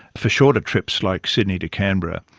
for shorter trips like sydney to canberra,